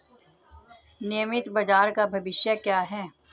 नियमित बाजार का भविष्य क्या है?